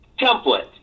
template